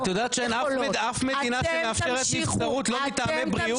את יודעת שאין אף מדינה שמאפשרת נבצרות לא מטעמי בריאות?